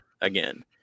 again